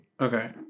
Okay